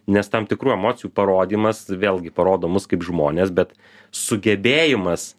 nes tam tikrų emocijų parodymas vėlgi parodo mus kaip žmones bet sugebėjimas